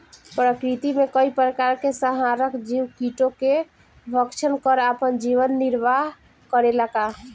प्रकृति मे कई प्रकार के संहारक जीव कीटो के भक्षन कर आपन जीवन निरवाह करेला का?